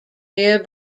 near